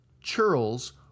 Churls